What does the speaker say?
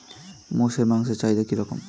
মোষের মাংসের চাহিদা কি রকম?